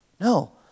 No